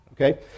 Okay